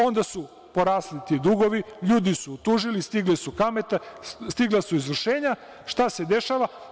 Onda su porasli ti dugovi, ljudi su tužili, stigle su kamate, stigla su izvršenja, šta se dešava?